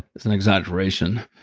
it's an exaggeration.